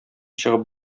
чыгып